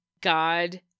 God